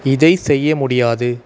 இதை செய்ய முடியாது